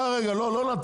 שנייה, לא נתתי.